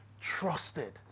trusted